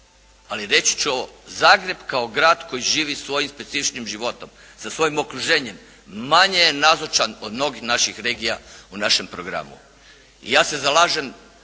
Ali reći ću ovo, Zagreb kao grad koji živi svoj specifičnim životom, sa svojim okruženjem manje je nazočan od mnogih naših regija u našem programu.